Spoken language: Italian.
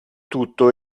tutto